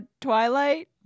Twilight